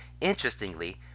interestingly